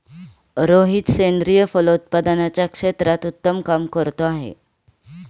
रोहित सेंद्रिय फलोत्पादनाच्या क्षेत्रात उत्तम काम करतो आहे